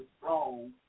strong